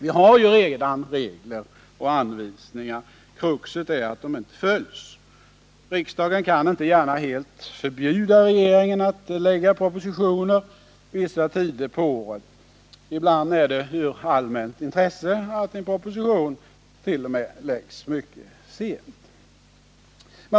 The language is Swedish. Vi har redan regler och anvisningar; kruxet är att de inte följs. Riksdagen kan inte gärna helt förbjuda regeringen att lägga fram propositioner vid vissa tider på året. Ibland är det t.o.m. av allmänt intresse att en proposition läggs fram även om det är mycket sent.